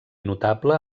notable